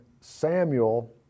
Samuel